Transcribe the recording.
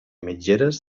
mitgeres